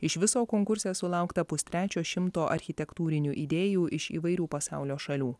iš viso konkurse sulaukta pustrečio šimto architektūrinių idėjų iš įvairių pasaulio šalių